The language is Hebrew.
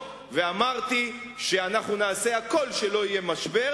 ואמרתי שאנחנו נעשה הכול שלא יהיה משבר,